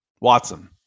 watson